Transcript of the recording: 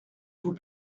vous